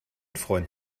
freund